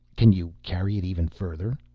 can you carry it even further?